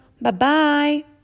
Bye-bye